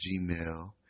Gmail